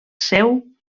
seu